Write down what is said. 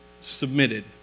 submitted